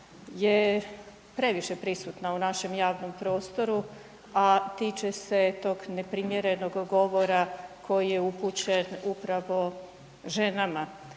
je previše prisutna u našem javnom prostoru, a tiče se tog neprimjerenog govora koji je upućen upravo ženama.